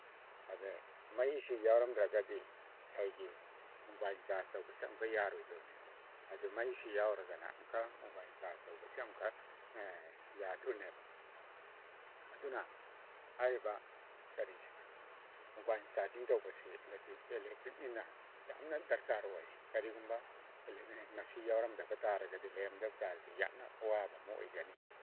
ꯑꯗꯩ ꯃꯩꯁꯤ ꯌꯥꯎꯔꯝꯗ꯭ꯔꯒꯗꯤ ꯉꯁꯥꯏꯒꯤ ꯃꯣꯕꯥꯏꯜ ꯆꯥꯔꯖ ꯇꯧꯕꯁꯦ ꯑꯃꯨꯛꯀ ꯌꯥꯔꯣꯏꯗꯣꯏꯅꯦꯕ ꯑꯗꯨ ꯃꯩꯁꯤ ꯌꯥꯎꯔꯒꯅ ꯑꯃꯨꯛꯀ ꯃꯣꯕꯥꯏꯜ ꯆꯥꯔꯖ ꯇꯧꯕꯁꯤ ꯑꯃꯨꯛꯀ ꯌꯥꯗꯣꯏꯅꯦꯕ ꯑꯗꯨꯅ ꯍꯥꯏꯔꯤꯕ ꯀꯔꯤ ꯃꯣꯕꯥꯏꯜ ꯆꯥꯔꯖꯤꯡ ꯇꯧꯕꯁꯤ ꯑꯦꯂꯦꯛꯇ꯭ꯔꯤꯛꯅꯤꯅ ꯌꯥꯝꯅ ꯗꯔꯀꯥꯔ ꯑꯣꯏ ꯀꯔꯤꯒꯨꯝꯕ ꯃꯁꯤ ꯌꯥꯎꯔꯝꯗꯕ ꯇꯥꯔꯒꯗꯤ ꯂꯩꯔꯝꯗꯕꯕ ꯇꯥꯔꯗꯤ ꯌꯥꯝꯅ ꯑꯋꯥꯕ ꯑꯃ ꯑꯣꯏꯒꯅꯤ